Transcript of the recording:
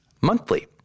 monthly